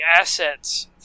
assets